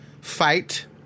fight